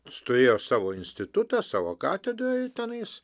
jis turėjo savo institutą savo katedrą ir tenais